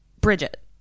Bridget